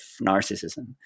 narcissism